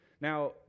Now